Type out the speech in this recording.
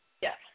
Yes